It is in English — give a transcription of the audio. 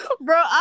bro